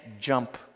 jump